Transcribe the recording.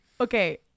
Okay